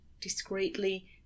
discreetly